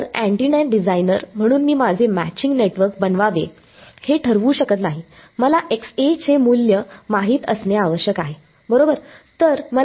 तर antenna designer म्हणून मी माझे मॅचिंग नेटवर्क बनवावे हे ठरवू शकत नाही मला चे मूल्य माहित असणे आवश्यक आहे बरोबर